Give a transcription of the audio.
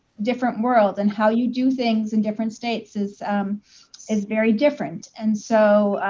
different world and how you do things in different states is is very different. and so